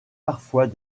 parfois